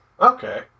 Okay